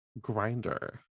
Grinder